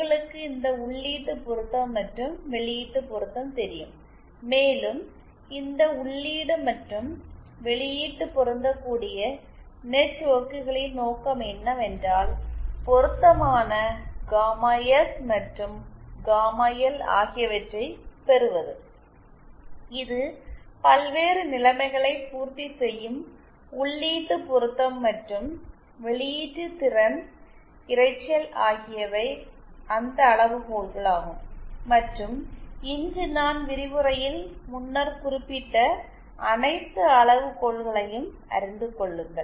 உங்களுக்குத் இந்த உள்ளீட்டு பொருத்தம் மற்றும் வெளியீட்டு பொருத்தம் தெரியும் மேலும் இந்த உள்ளீடு மற்றும் வெளியீட்டு பொருந்தக்கூடிய நெட்வொர்க்குகளின் நோக்கம் என்னவென்றால் பொருத்தமான காமா எஸ் மற்றும் காமா எல் ஆகியவற்றைப் பெறுவது இது பல்வேறு நிலைமைகளை பூர்த்தி செய்யும் உள்ளீட்டு பொருத்தம் மற்றும் வெளியீட்டு திறன் இரைச்சல் ஆகியவை அந்த அளவுகோல்களாகும் மற்றும் இன்று நான் விரிவுரையில் முன்னர் குறிப்பிட்ட அனைத்து அளவுகோல்களையும் அறிந்து கொள்ளுங்கள்